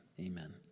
amen